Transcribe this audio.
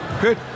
Good